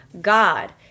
God